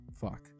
Fuck